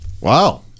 Wow